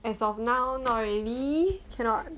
as of now not really cannot